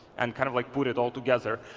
and kind of like put it all together.